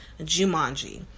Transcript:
Jumanji